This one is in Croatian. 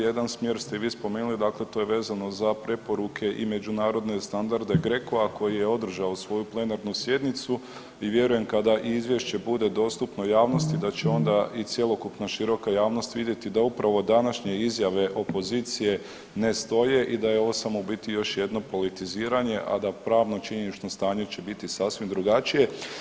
Jedan smjer ste vi spomenuli, dakle to je vezano za preporuke i međunarodne standarde GRECO-a koji je održao svoju plenarnu sjednicu i vjerujem kada izvješće bude dostupno javnosti da će onda i cjelokupna široka javnost vidjeti da upravo današnje izjave opozicije ne stoje i da je ovo samo u biti još jedno politiziranje a da pravno činjenično stanje će biti sasvim drugačije.